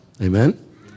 Amen